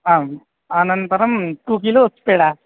आ अनन्तरं two kilo उत्पेडा